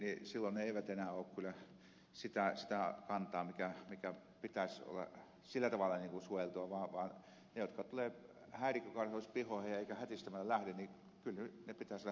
silloin ne eivät enää ole kyllä sitä kantaa minkä pitäisi olla sillä tavalla suojeltua vaan ne jotka tulevat häirikkökarhuiksi pihoihin eivätkä hätistämällä lähde kyllä pitäisi hävittää pois sieltä